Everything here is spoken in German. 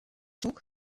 zug